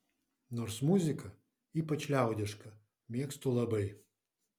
nors muziką ypač liaudišką mėgstu labai